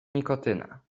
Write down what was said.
nikotyna